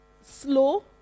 slow